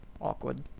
Awkward